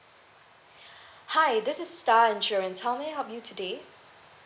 hi this is star insurance how may I help you today